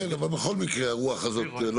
כן, אבל בכל מקרה הדבר הזה לא